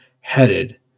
headed